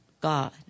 God